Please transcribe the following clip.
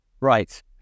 Right